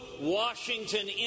Washington